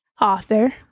author